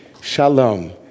Shalom